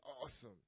awesome